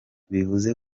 bivuze